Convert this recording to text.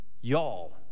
y'all